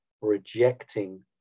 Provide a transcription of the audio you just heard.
rejecting